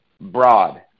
broad